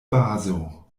bazo